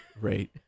right